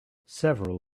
several